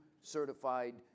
certified